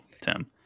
tim